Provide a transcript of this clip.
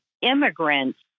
immigrants